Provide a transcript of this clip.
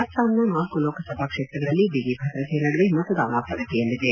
ಅಸ್ಟಾಂನ ನಾಲ್ಲು ಲೋಕಸಭಾ ಕ್ಷೇತ್ರಗಳಲ್ಲಿ ಬಿಗಿ ಭದ್ರತೆಯ ನಡುವೆ ಮತದಾನ ಪ್ರಗತಿಯಲ್ಲಿದೆ